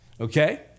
Okay